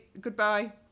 goodbye